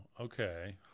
Okay